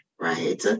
right